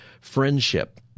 friendship